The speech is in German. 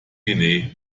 fine